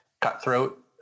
cutthroat